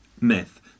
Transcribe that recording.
myth